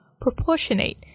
proportionate